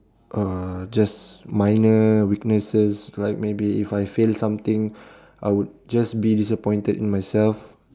uh just minor weaknesses like maybe if I fail something I would just be disappointed in myself